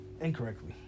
incorrectly